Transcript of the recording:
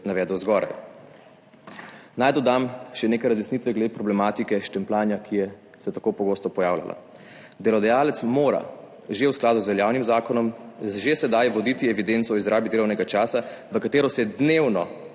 navedel zgoraj. Naj dodam še nekaj razjasnitev glede problematike štempljanja, ki se je tako pogosto pojavljala. Delodajalec mora v skladu z veljavnim zakonom že sedaj voditi evidenco o izrabi delovnega časa, v katero se dnevno